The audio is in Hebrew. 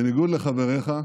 בניגוד לחבריך,